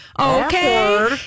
Okay